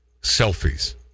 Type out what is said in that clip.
selfies